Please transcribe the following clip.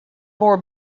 more